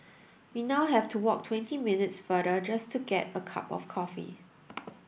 we now have to walk twenty minutes farther just to get a cup of coffee